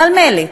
אבל מילא,